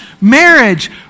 marriage